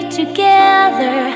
together